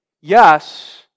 Yes